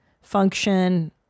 function